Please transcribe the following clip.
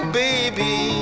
baby